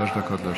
שלוש דקות לרשותך.